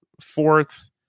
fourth